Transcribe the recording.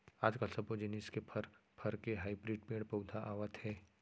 आजकाल सब्बो जिनिस के फर, फर के हाइब्रिड पेड़ पउधा आवत हे